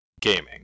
gaming